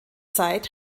zeit